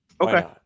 Okay